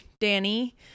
danny